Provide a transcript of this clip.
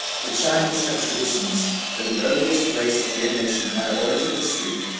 the chinese have traditions that the earliest race of their nation, prior to history,